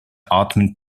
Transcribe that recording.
atmen